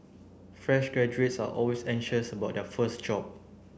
fresh graduates are always anxious about their first job